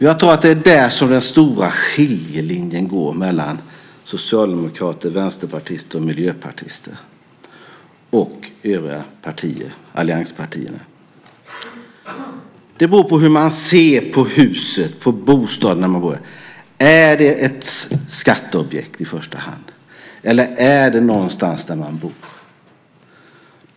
Jag tror att det är där som den stora skiljelinjen går mellan socialdemokrater, vänsterpartister och miljöpartister och övriga partier, allianspartierna. Det beror på hur man ser på huset och bostaden. Är det ett skatteobjekt i första hand? Eller är det någonstans där man bor?